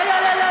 לא, לא, לא,